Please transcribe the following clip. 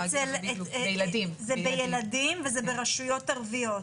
זה בילדים וזה ברשויות ערביות?